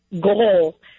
goal